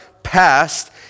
past